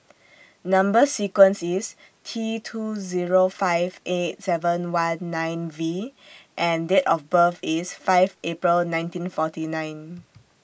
Number sequence IS T two Zero five eight seven one nine V and Date of birth IS five April nineteen forty nine